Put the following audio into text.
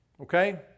Okay